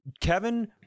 Kevin